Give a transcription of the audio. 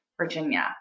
Virginia